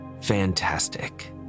Fantastic